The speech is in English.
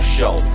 Show